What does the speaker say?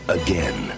again